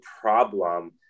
problem